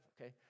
Okay